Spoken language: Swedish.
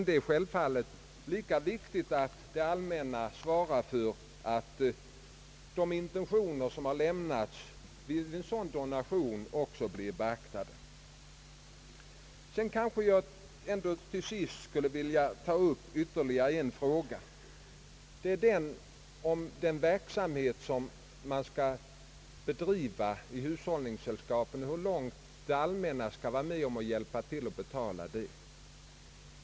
Det är självfallet en viktig uppgift för det allmänna att tillse att intentionerna bakom donationer av olika slag blir beaktade. Till sist skulle jag vilja beröra frågan om hur långt det allmänna skall vara med och betala den verksamhet som hushållningssällskapen kommer att bedriva.